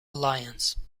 alliance